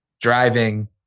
driving